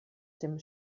dem